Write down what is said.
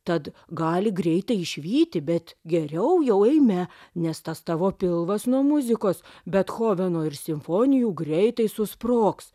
tad gali greitai išvyti bet geriau jau eime nes tas tavo pilvas nuo muzikos bethoveno ir simfonijų greitai susprogs